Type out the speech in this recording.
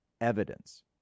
evidence